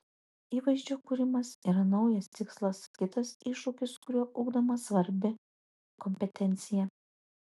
įvaizdžio kūrimas yra naujas tikslas kitas iššūkis kuriuo ugdoma svarbi kompetencija